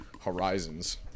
Horizons